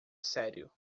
sério